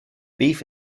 beef